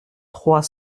trois